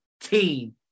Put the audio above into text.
team